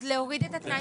אז להוריד את התנאי.